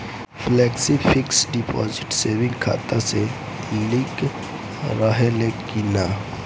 Flexi fix deposit saving खाता से link रहले कि ना?